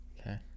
Okay